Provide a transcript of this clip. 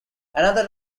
another